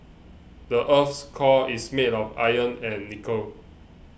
the earth's core is made of iron and nickel